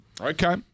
Okay